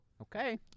Okay